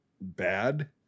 bad